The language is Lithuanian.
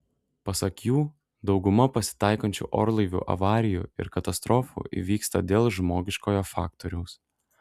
pasak jų dauguma pasitaikančių orlaivių avarijų ir katastrofų įvyksta dėl žmogiškojo faktoriaus